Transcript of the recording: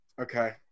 okay